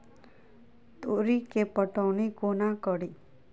तोरी केँ पटौनी कोना कड़ी?